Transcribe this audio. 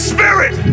Spirit